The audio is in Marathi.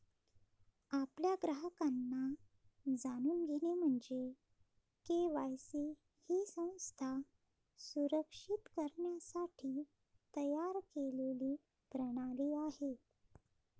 आपल्या ग्राहकांना जाणून घेणे म्हणजे के.वाय.सी ही संस्था सुरक्षित करण्यासाठी तयार केलेली प्रणाली आहे